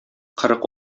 кырык